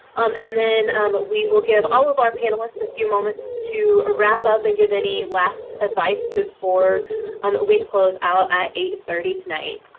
um and then and we will give all of our panelists a few moments to wrap up and give any last advice before um we close out at eight thirty tonight.